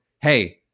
hey